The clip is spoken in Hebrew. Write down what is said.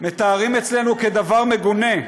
מתארים אצלנו כדבר מגונה.